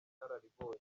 inararibonye